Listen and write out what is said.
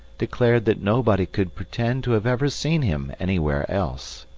declared that nobody could pretend to have ever seen him anywhere else.